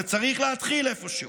אבל צריך להתחיל איפשהו,